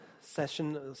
session